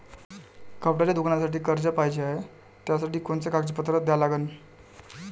कपड्याच्या दुकानासाठी कर्ज पाहिजे हाय, त्यासाठी कोनचे कागदपत्र द्या लागन?